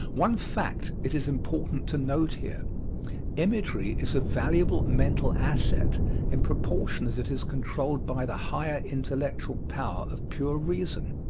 one fact it is important to note here imagery is a valuable mental asset in proportion as it is controlled by the higher intellectual power of pure reason.